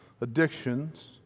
addictions